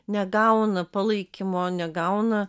negauna palaikymo negauna